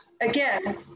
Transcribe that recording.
again